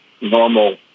normal